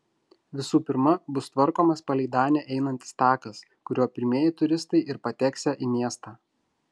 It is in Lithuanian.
visų pirma bus tvarkomas palei danę einantis takas kuriuo pirmieji turistai ir pateksią į miestą